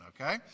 Okay